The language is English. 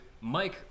Mike